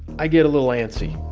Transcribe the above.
i get a little antsy